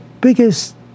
biggest